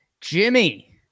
Jimmy